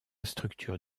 structure